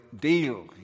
deal